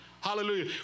Hallelujah